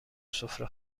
سفره